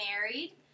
married